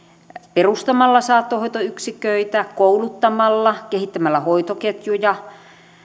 perustamalla saattohoitoyksiköitä kouluttamalla kehittämällä hoitoketjuja